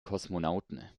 kosmonauten